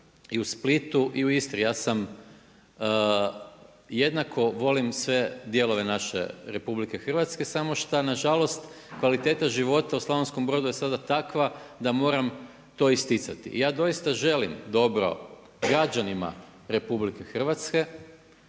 i u Splitu i u Istri. Ja sam jednako volim sve dijelove naše RH samo što nažalost kvaliteta života u Slavonskom Brodu je sada takva da moram to isticati. I ja doista želim dobro građanima RH, da